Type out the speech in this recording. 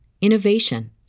innovation